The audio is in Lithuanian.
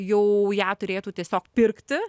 jau ją turėtų tiesiog pirkti